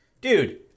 Dude